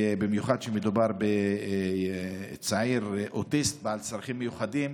במיוחד כשמדובר בצעיר אוטיסט, בעל צרכים מיוחדים.